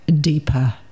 deeper